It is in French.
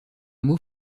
mots